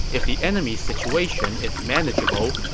if the enemy's situation is manageable,